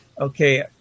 Okay